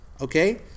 okay